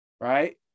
right